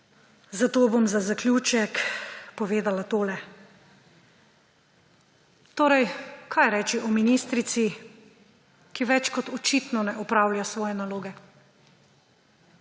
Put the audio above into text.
zato bom za zaključek povedala tole. Torej, kaj reči o ministrici, ki več kot očitno ne opravlja svoje naloge?